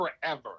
forever